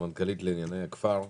סמנכ"לית לענייני הכפר,